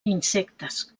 insectes